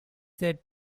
said